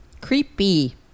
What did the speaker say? Creepy